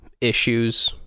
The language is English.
issues